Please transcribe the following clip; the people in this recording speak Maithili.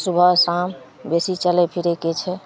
सुबह शाम बेसी चलै फिरैके छै